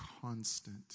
constant